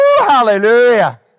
hallelujah